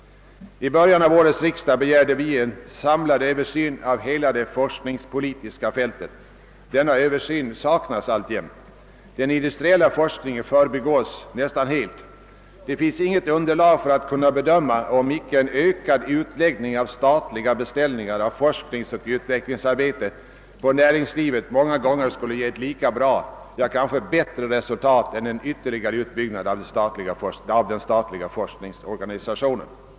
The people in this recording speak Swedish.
I början av årets riksdag begärde vi en samlad översyn av hela det forskningspolitiska fältet. Denna översyn saknas alltjämt. Den industriella forskningen förbigås nästan helt. Det finns inget underlag för att kunna bedöma om icke en ökad utläggning på näringslivet av statliga beställningar av forskningsoch utvecklingsarbete många gånger skulle ge ett lika bra, ja bättre resultat än en ytterligare utbyggnad av den statliga forskningsorganisationen.